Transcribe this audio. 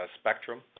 spectrum